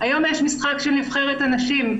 היום יש משחק של נבחרת הנשים,